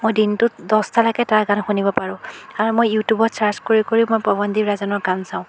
মই দিনটোত দহটালৈকে তাৰ গান শুনিব পাৰোঁ আৰু মই ইউটিউবত চাৰ্ছ কৰি কৰি মই পৱনদ্বীপ ৰাজনৰ গান চাওঁ